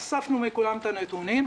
אספנו מכולם את הנתונים,